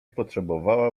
potrzebowała